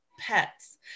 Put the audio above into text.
pets